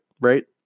right